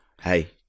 Hey